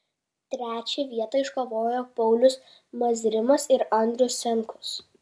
trečią vietą iškovojo paulius mazrimas ir andrius senkus